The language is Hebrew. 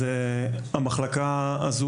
אז המחלקה הזו,